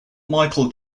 michael